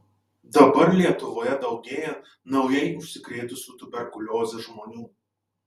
dabar lietuvoje daugėja naujai užsikrėtusių tuberkulioze žmonių